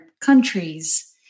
countries